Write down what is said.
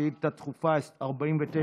שאילתה דחופה 49,